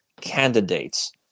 candidates